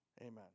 Amen